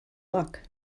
luck